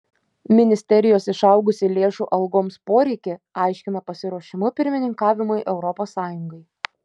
ministerijos išaugusį lėšų algoms poreikį aiškina pasiruošimu pirmininkavimui europos sąjungai